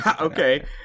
Okay